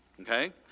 Okay